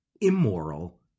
immoral